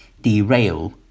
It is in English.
derail